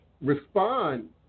respond